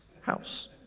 house